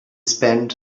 spent